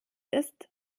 ist